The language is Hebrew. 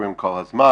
לשחרורים כל הזמן.